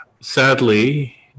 sadly